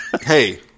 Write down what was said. Hey